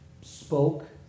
spoke